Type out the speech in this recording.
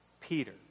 Peter